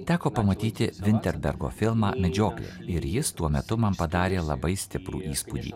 teko pamatyti vinterbergo filmą medžioklė ir jis tuo metu man padarė labai stiprų įspūdį